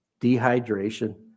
dehydration